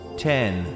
ten